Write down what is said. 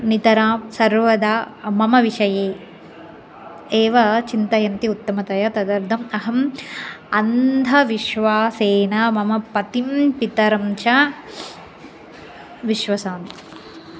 नितरां सर्वदा मम विषये एव चिन्तयन्ति उत्तमतया तदर्धम् अहम् अंधविश्वासेन मम पतिं पीतरं च विश्वसामि